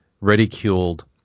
ridiculed